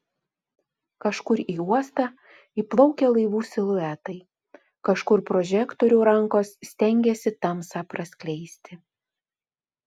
kažkur į uostą įplaukia laivų siluetai kažkur prožektorių rankos stengiasi tamsą praskleisti